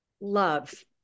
love